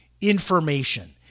information